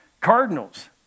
Cardinals